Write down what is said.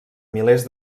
milers